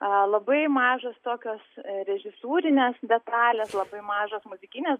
labai mažos tokios režisūrinės detalės labai mažos muzikinės